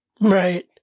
Right